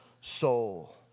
soul